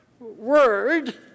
word